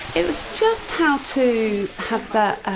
it was just how to have that